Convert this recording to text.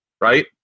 right